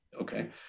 okay